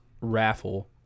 raffle